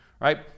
right